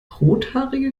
rothaarige